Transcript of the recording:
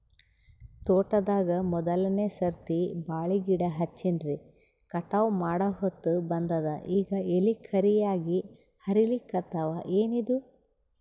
ತೋಟದಾಗ ಮೋದಲನೆ ಸರ್ತಿ ಬಾಳಿ ಗಿಡ ಹಚ್ಚಿನ್ರಿ, ಕಟಾವ ಮಾಡಹೊತ್ತ ಬಂದದ ಈಗ ಎಲಿ ಕರಿಯಾಗಿ ಹರಿಲಿಕತ್ತಾವ, ಏನಿದು?